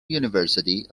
university